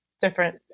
different